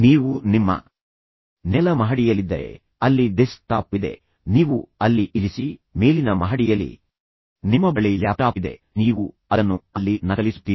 ನೀವು ನಿಮ್ಮ ನೆಲ ಮಹಡಿಯಲ್ಲಿದ್ದರೆ ಅಲ್ಲಿ ಡೆಸ್ಕ್ಟಾಪ್ ಇದೆ ನೀವು ಅಲ್ಲಿ ಇರಿಸಿ ಮೇಲಿನ ಮಹಡಿಯಲ್ಲಿ ನಿಮ್ಮ ಬಳಿ ಲ್ಯಾಪ್ಟಾಪ್ ಇದೆ ನೀವು ಅದನ್ನು ಅಲ್ಲಿ ನಕಲಿಸುತ್ತೀರಿ